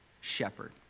shepherd